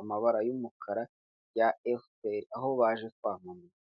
amabara y'umukara ya FPR aho baje kwamamaza.